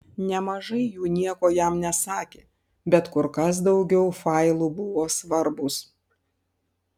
nemažai jų nieko jam nesakė bet kur kas daugiau failų buvo svarbūs